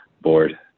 board